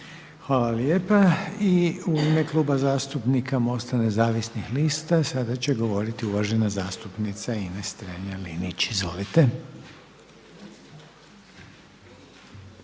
Hvala lijepo. I u ime Kluba zastupnika MOST-a Nezavisnih lista sada će govoriti uvažena zastupnica Ines Strenja-Linić. Izvolite.